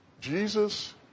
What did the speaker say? Jesus